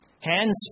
Hands